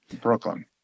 Brooklyn